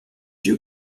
you